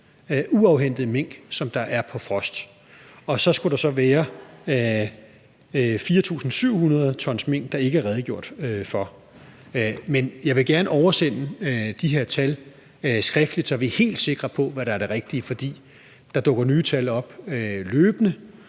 uafhentede mink, som er på frost, og så skulle der være 4.700 t mink, der ikke er redegjort for. Men jeg vil gerne oversende de her tal skriftligt, så vi er helt sikre på, hvad der er det rigtige, for der dukker nye tal op løbende.